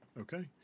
okay